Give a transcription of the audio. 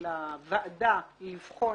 לוועדה לבחון,